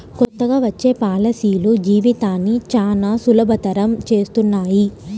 కొత్తగా వచ్చే పాలసీలు జీవితాన్ని చానా సులభతరం చేస్తున్నాయి